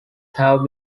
have